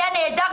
היה נהדר.